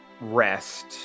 rest